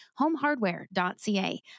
homehardware.ca